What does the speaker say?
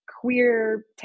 queer